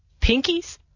Pinkies